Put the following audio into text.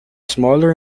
smaller